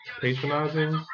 patronizing